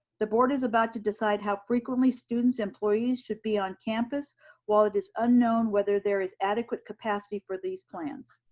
the board is about to decide how frequently students, employees should be on campus while it is unknown whether there is adequate capacity for these plans.